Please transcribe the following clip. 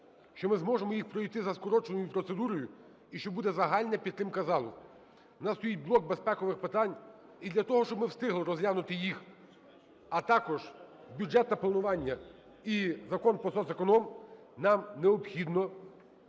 що ми зможемо їх пройти за скороченою процедурою і що буде загальна підтримка залу. У нас стоїть блок безпекових питань. І для того, щоб ми встигли розглянути їх, а також бюджетне планування і Закон про соцеконом, нам необхідно